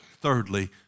thirdly